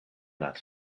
laat